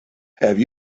have